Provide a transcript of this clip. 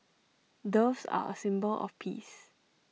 doves are A symbol of peace